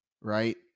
Right